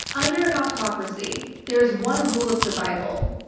under an autocracy there is one rule of survival.